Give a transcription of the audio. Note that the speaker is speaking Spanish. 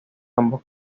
ambos